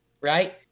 right